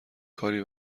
کاری